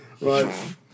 right